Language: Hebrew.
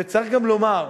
וצריך גם לומר,